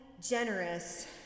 generous